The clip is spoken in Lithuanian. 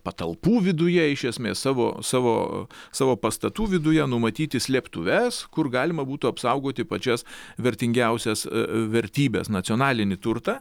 patalpų viduje iš esmės savo savo savo pastatų viduje numatyti slėptuves kur galima būtų apsaugoti pačias vertingiausias vertybes nacionalinį turtą